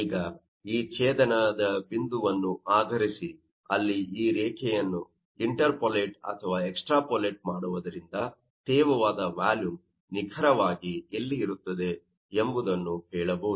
ಈಗ ಈ ಛೇದನದ ಬಿಂದುವನ್ನು ಆಧರಿಸಿ ಅಲ್ಲಿ ಈ ರೇಖೆಯನ್ನು ಇಂಟರ್ಪೋಲೇಟ್ ಅಥವಾ ಎಕ್ಸ್ಟ್ರಾಪೋಲೇಟ್ ಮಾಡುವುದರಿಂದ ತೇವವಾದ ವ್ಯಾಲುಮ್ ನಿಖರವಾಗಿ ಎಲ್ಲಿ ಇರುತ್ತದೆ ಎಂಬುದನ್ನು ಹೇಳಬಹುದು